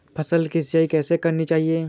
फसल की सिंचाई कैसे करनी चाहिए?